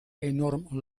enorm